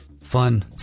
Fun